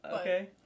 okay